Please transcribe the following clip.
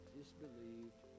disbelieved